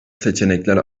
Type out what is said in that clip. seçenekler